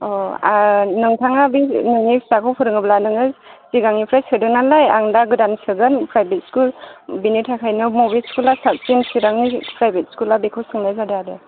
अह नोंथाङा बे नोंनि फिसाखौ फोरोङोब्ला नोङो सिगांनिफ्राय सोदों नालाय आं दा गोदान सोगोन प्राइभेट स्कुल बेनि थाखायनो बबे स्कुला साबसिन चिरांनि प्राइभेट स्कुला बेखौ सोंनाय जादों आरो